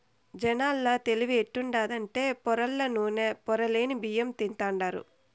జనాల తెలివి ఎట్టుండాదంటే పొరల్ల నూనె, పొరలేని బియ్యం తింటాండారు